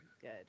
good